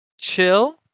chill